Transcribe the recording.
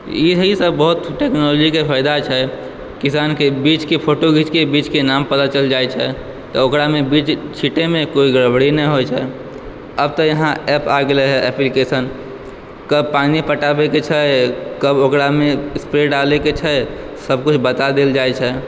एहि सब बहुत टेक्नॉलजी के फ़ायदा छै किसानके बीजके फ़ोटो घींचके बीजके नाम पता चलि जाइ छै तऽ ओकरामे बीज छिटय मे कोई गड़बड़ी नहि होइ छै अब तऽ यहाँ एप आबि गेलै हँ एपे के संग कब पानि पटाबैके छै कब ओकरामे स्प्रे डालय के छै सब किछु बता देल जाइ छै